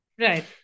Right